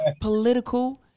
political